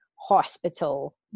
hospital